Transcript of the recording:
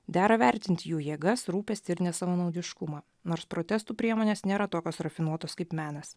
dera vertinti jų jėgas rūpestį ir nesavanaudiškumą nors protestų priemonės nėra tokios rafinuotos kaip menas